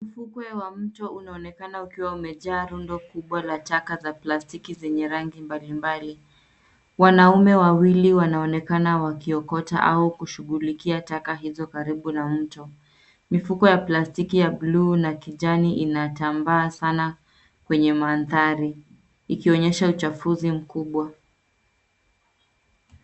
Ufukwe wa mto unaonekana ukiwa umejaa rundo kubwa la taka za plastiki zenye yangi mbalimbali. Wanaume wawili wanaonekana wakiokota au kushughulikia taka hizo karibu na mto. Mifuko ya plastiki ya bluu na kijani inatambaa sana kwenye mandhari ikionyesha uchafuzi mkubwa.